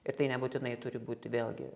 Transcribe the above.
ir tai nebūtinai turi būti vėlgi